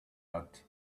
tucked